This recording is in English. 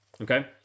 Okay